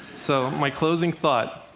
so, my closing thought.